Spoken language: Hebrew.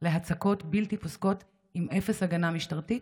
להצקות בלתי פוסקות עם אפס הגנה משטרתית?